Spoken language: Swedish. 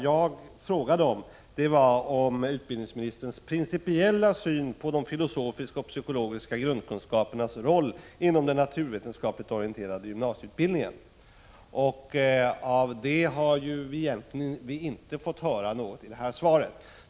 Jag frågade egentligen vilken som var utbildningsministerns principiella syn på de filosofiska och psykologiska grundkunskapernas roll inom den naturvetenskapligt orienterade gymnasieutbildningen. Det har vi i själva verket inte fått höra någonting om i det här svaret.